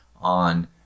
on